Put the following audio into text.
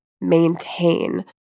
maintain